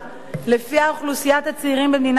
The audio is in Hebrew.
ולפיה אוכלוסיית הצעירים במדינת ישראל